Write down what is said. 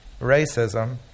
racism